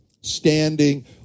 standing